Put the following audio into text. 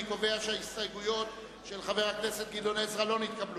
אני קובע שההסתייגות של חבר הכנסת גדעון עזרא לא נתקבלה.